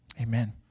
Amen